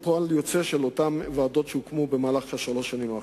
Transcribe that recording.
שהתקבלו בעקבות ההמלצות של אותן ועדות שהוקמו בשלוש השנים האחרונות.